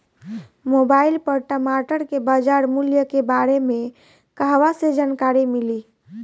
Mobile पर टमाटर के बजार मूल्य के बारे मे कहवा से जानकारी मिली?